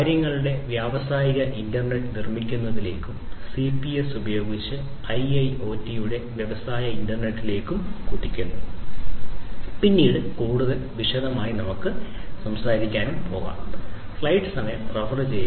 കാര്യങ്ങളുടെ വ്യാവസായിക ഇന്റർനെറ്റ് നിർമ്മിക്കുന്നതിലേക്കും സിപിഎസ് ഉപയോഗിച്ച് ഐഐഒടിയുടെ വ്യാവസായിക ഇന്റർനെറ്റിലേക്കും കുതിക്കുന്നു പിന്നീട് കൂടുതൽ വിശദമായി സംസാരിക്കാൻ പോകുന്നു